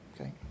okay